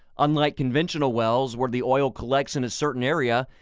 unlike conventional wells where the oil collects in a certain area,